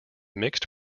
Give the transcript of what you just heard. mixed